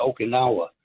Okinawa